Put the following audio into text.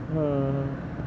!huh!